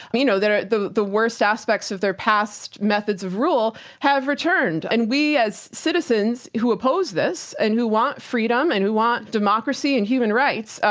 you know, the the worst aspects of their past methods of rule have returned. and we as citizens who oppose this, and who want freedom and who want democracy and human rights,